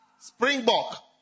Springbok